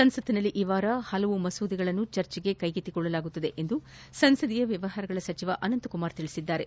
ಸಂಸತ್ನಲ್ಲಿ ಈ ವಾರ ಹಲವಾರು ಮಸೂದೆಗಳನ್ನು ಚರ್ಚೆಗೆ ಕೈಗೆತ್ತಿಕೊಳ್ಳಲಾಗುವುದು ಎಂದು ಸಂಸದೀಯ ವ್ಲವಹಾರಗಳ ಸಚಿವ ಅನಂತಕುಮಾರ್ ಹೇಳಿದ್ದಾರೆ